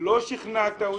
לא שכנעת אותי,